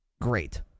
great